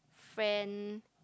friend